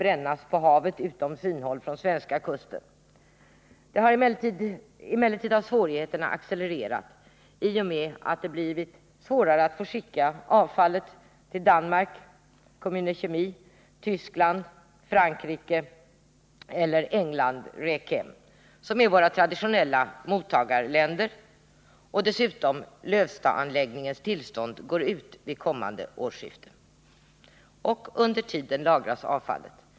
brännas på havet utom synhåll från den svenska kusten. Emellertid har svårigheterna accelererat i och med att det har blivit svårare att få skicka avfallet till Danmark , Tyskland, Frankrike eller England , som är våra traditionella mottagarländer, och dessutom Lövstaanläggningens tillstånd går ut vid kommande årsskifte. Under tiden lagras avfallet.